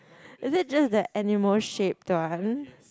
is it just the animal shaped one